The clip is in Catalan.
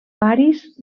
paris